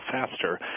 faster